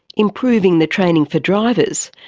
improving the training for drivers,